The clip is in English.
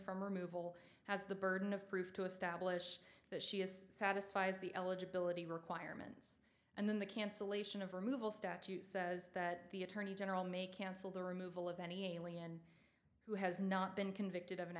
from removal has the burden of proof to establish that she is satisfies the eligibility requirements and then the cancellation of removal statute says that the attorney general may cancel the removal of any alien who has not been convicted of an